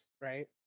Right